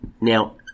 Now